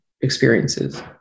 experiences